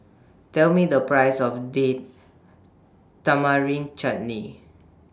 Tell Me The Price of Date Tamarind Chutney